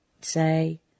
say